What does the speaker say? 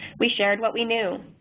we shared what we knew.